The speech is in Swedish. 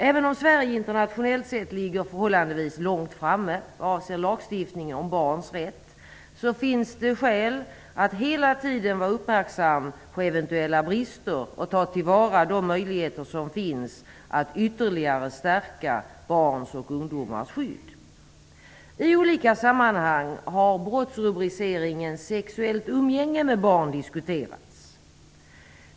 Även om Sverige internationellt sett ligger förhållandevis långt framme vad avser lagstiftningen om barns rätt finns det skäl att hela tiden vara uppmärksam på eventuella brister och att ta till vara de möjligheter som finns att ytterligare stärka barns och ungdomars skydd. I olika sammanhang har brottsrubriceringen "sexuellt umgänge med barn" diskuterats.